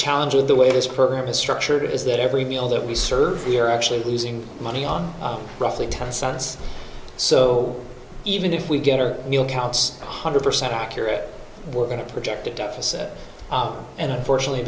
challenge with the way this program is structured is that every meal that we serve we're actually losing money on roughly ten cents so even if we get our new accounts one hundred percent accurate we're going to projected deficit and unfortunately